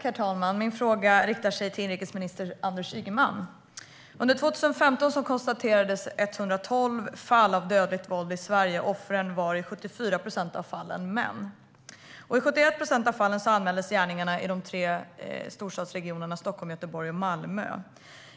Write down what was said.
Herr talman! Jag riktar min fråga till inrikesminister Anders Ygeman. Under 2015 konstaterades 112 fall av dödligt våld i Sverige. Offren var i 74 procent av fallen män. I 71 procent av fallen anmäldes gärningarna i de tre storstadsregionerna Stockholm, Göteborg och Malmö.